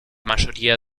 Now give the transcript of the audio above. mayoría